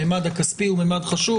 הממד הכספי חשוב.